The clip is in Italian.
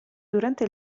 durante